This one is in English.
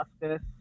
Justice